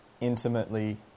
intimately